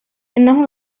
إنه